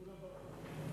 כולם ברחו.